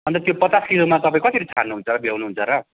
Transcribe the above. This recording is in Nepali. अन्त त्यो पचास किलोमा तपाईँ कसरी छान्नुहुन्छ र भ्याउनुहुन्छ र